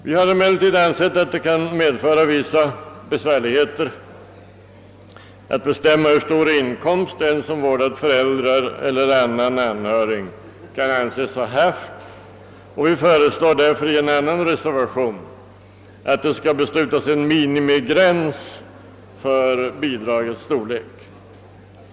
Vi har emellertid ansett att det kan medföra vissa svårigheter att bestämma hur stor inkomst den som vårdat föräldrar eller annan anhörig kan anses ha haft och föreslår därför i reservationen 2 att ett minimibelopp för bidragets storlek skall fastställas.